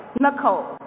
Nicole